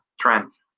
Trends